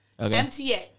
MTA